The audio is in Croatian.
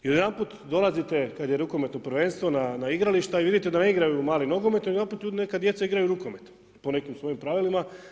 I odjedanput dolazite kada je rukometno prvenstvo na igralištu i vidite da ne igraju mali nogomet odjedanput neka djeca igraju rukomet po nekim svojim pravilima.